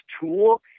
Tool